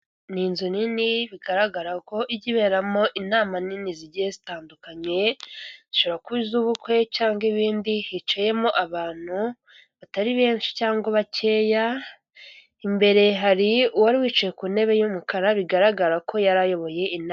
Ni inzu nini bigaragara ijya iberamo inama nini zigiye zitandukanye zaba iz'ubukwe cyangwa ni ibindi. Hicayeyemo abantu batari benshi cyangwa bakeya imbere hari uwari wicaye ku ntebe y'umukara bigaragara ko yari ayoboye inama.